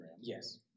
Yes